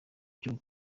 cyo